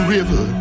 River